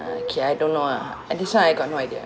ah kay I don't know ah this [one] I got no idea